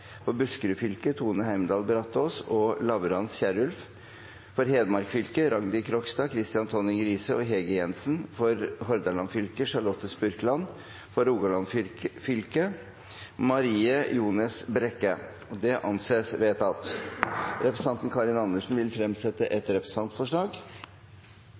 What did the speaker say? For Buskerud fylke: Tone Heimdal Brataas og Lavrans Kierulf For Hedmark fylke: Rangdi Krogstad , Kristian Tonning Riise og Hege Jensen For Hordaland fylke: Charlotte Spurkeland For Rogaland fylke: Marie Ljones Brekke Representanten Karin Andersen vil fremsette